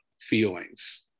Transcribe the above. feelings